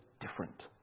different